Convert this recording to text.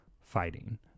fighting